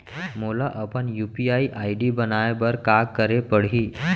मोला अपन UPI ID बनाए बर का करे पड़ही?